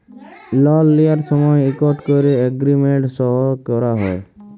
লল লিঁয়ার সময় ইকট ক্যরে এগ্রীমেল্ট সই ক্যরা হ্যয়